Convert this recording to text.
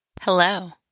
Hello